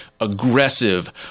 aggressive